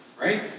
right